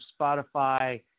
Spotify